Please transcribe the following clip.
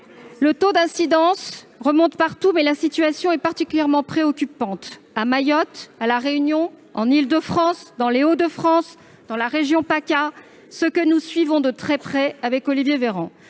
Le taux d'incidence remonte partout, mais la situation est particulièrement préoccupante à Mayotte, à La Réunion, en Île-de-France, dans les Hauts-de-France, en PACA. Nous suivons cela de très près avec Olivier Véran.